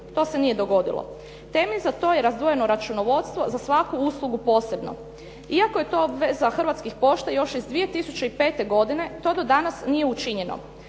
To se nije dogodilo. Temelj za to je razdvojeno računovodstvo za svaku uslugu posebno. Iako je to Hrvatskih pošta još iz 2005. godine to do danas nije učinjeno.